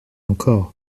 encore